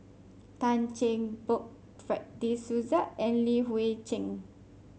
Tan Cheng Bock Fred De Souza and Li Hui Cheng